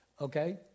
okay